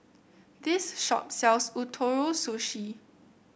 this shop sells Ootoro Sushi